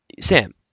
Sam